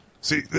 See